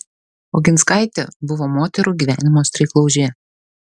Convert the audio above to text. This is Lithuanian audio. oginskaitė buvo moterų gyvenimo streiklaužė